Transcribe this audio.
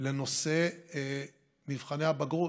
לנושא מבחני הבגרות.